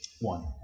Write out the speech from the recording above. One